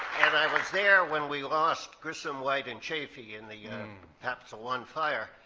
and i was there when we lost grissom, white, and chaffee in the capsule one fire.